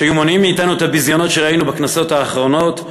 שמונעים מאתנו את הביזיונות שראינו בכנסות האחרונות,